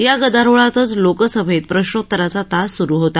या गदारोळातच लोकसभेत प्रश्नोत्तराचा तास सुरु होता